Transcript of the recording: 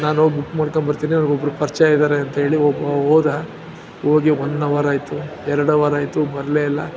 ನಾನ್ಹೋಗಿ book ಮಾಡ್ಕೊಂಬರ್ತೀನಿ ನನ್ಗೊಬ್ಬರು ಪರಿಚಯ ಇದ್ದಾರೆ ಅಂತ್ಹೇಳಿ ಒಬ್ಬ ಹೋದ ಹೋಗಿ ಒನ್ ಅವರಾಯಿತು ಎರಡು ಅವರಾಯಿತು ಬರಲೇ ಇಲ್ಲ